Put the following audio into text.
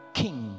king